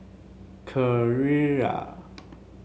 Carrera